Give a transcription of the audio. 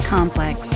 Complex